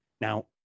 Now